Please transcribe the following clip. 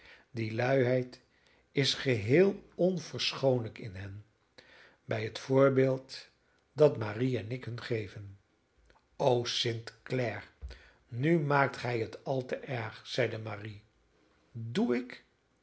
die luiheid is geheel onverschoonlijk in hen bij het voorbeeld dat marie en ik hun geven o st clare nu maakt gij het al te erg zeide marie doe ik